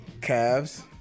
Cavs